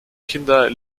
kinder